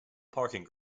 parking